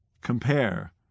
Compare